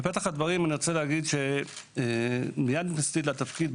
בפתח הדברים אני רוצה להגיד שמיד עם כניסתי לתפקיד,